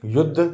युद्ध